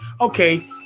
Okay